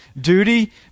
duty